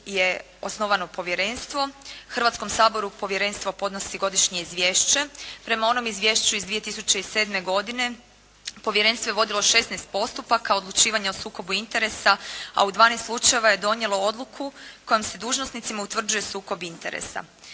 je osnovano povjerenstvo. Hrvatskom saboru povjerenstvo podnosi godišnje izvješće. Prema onom izvješću iz 2007. godine povjerenstvo je vodilo 16 postupaka o odlučivanju sukoba interesa, a u 12 slučajeva je donijelo odluku kojom se dužnosnicima utvrđuje sukob interesa.